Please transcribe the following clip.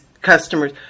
customers